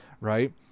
Right